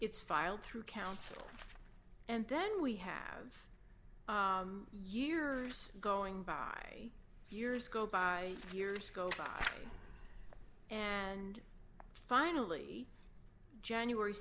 it's filed through counsel and then we have years going by years go by years go by and finally january